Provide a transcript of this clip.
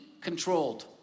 controlled